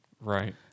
Right